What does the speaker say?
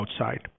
outside